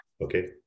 Okay